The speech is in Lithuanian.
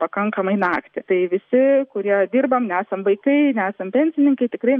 pakankamai naktį tai visi kurie dirbam nesam vaikai nesam pensininkai tikrai